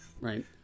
Right